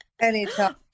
Anytime